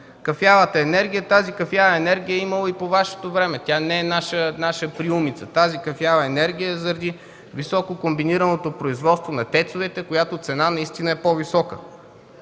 Кафявата енергия. Тази кафява енергия я е имало и по Ваше време. Тя не е наша приумица. Тази кафява енергия е заради високо комбинираното производство на ТЕЦ-овете, която цена наистина е по-висока.